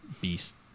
beast